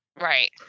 Right